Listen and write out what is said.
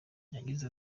yagize